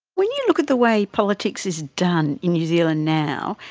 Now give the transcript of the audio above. when you look at the way politics is done in new zealand now,